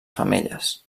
femelles